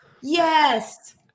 Yes